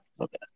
Okay